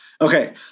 Okay